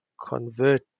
convert